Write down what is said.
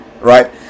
Right